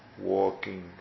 walking